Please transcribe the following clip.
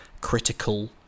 critical